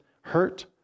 hurt